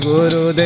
Guru